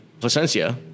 Placencia